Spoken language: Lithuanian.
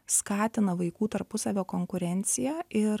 skatina vaikų tarpusavio konkurenciją ir